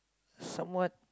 somewhat